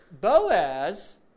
Boaz